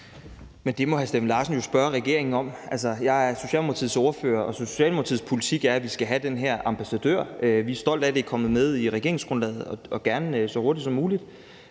(S): Det må hr. Steffen Larsen jo spørge regeringen om. Altså, jeg er Socialdemokratiets ordfører, og Socialdemokratiets politik er, at vi skal have den her ambassadør – vi er stolte af, at det er kommet med i regeringsgrundlaget – og gerne så hurtigt som muligt.